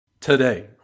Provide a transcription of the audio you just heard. today